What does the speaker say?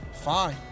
fine